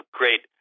great